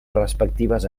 respectives